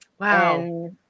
Wow